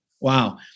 Wow